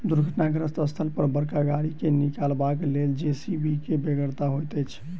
दुर्घटनाग्रस्त स्थल पर बड़का गाड़ी के निकालबाक लेल जे.सी.बी के बेगरता होइत छै